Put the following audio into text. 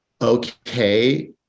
okay